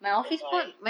that's why